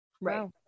right